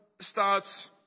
starts